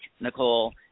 Nicole